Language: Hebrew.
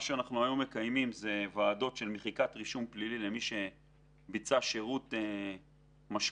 אנחנו מקיימים היום ועדות מחיקת רישום פלילי למי שביצע שירות משמעותי.